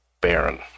Baron